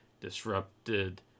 disrupted